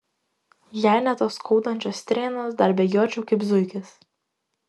jei ne tos skaudančios strėnos dar bėgiočiau kaip zuikis